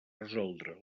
resoldre